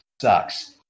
sucks